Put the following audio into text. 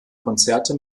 konzerte